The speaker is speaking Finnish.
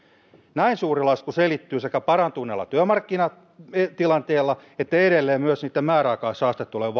näin suuri lasku selittyy sekä parantuneella työmarkkinatilanteella että edelleen myös niitten määräaikaishaastattelujen